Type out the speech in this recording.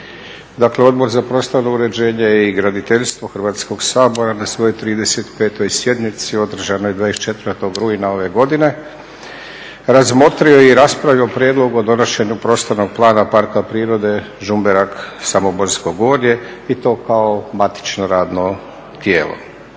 Dakle, Odbor za prostorno uređenje i graditeljstvo Hrvatskog sabora na svojoj 35. sjednici održanoj 24. rujna ove godine razmotrio je i raspravio prijedlog o donošenju prostornog plana Parka prirode Žumberak, Samoborsko gorje i to kao matično radno tijelo.